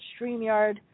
StreamYard